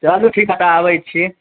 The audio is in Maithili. चलु ठीक हए तऽ आबै छी